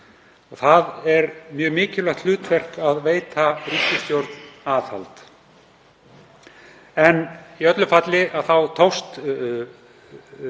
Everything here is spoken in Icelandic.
Það er mjög mikilvægt hlutverk að veita ríkisstjórn aðhald. En í öllu falli tókst